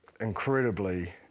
incredibly